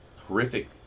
horrific